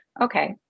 Okay